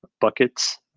buckets